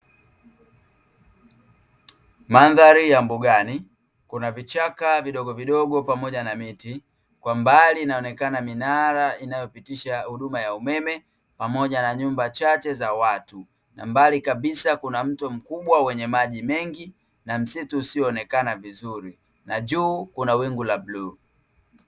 Mandhari ya mbugani kunaa vichaka vidogodogo pamoja na miti, kwa mbali inaonekana minara inayo pitisha huduma ya umeme pamoja na nyumba chache za watu, na mbali kabisa kuna mto mkubwa wenye maji mengi. Na msitu usionekana vizuri na juu kuna wingu la bluu.